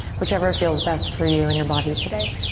whichever feels best for you and your body today.